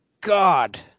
God